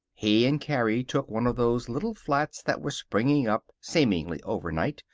he and carrie took one of those little flats that were springing up, seemingly overnight,